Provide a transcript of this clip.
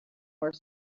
were